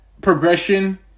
progression